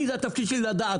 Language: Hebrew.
זה התפקיד שלי לדעת.